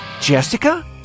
Jessica